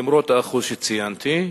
למרות האחוז שציינתי,